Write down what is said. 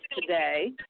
today